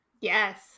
Yes